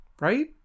Right